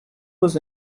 was